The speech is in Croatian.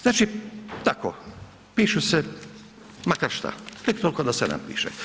Znači tako, pišu se, makar šta, tek toliko da se napiše.